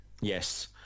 Yes